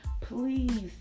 please